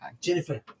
Jennifer